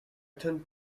tend